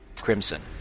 crimson